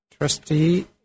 Trustee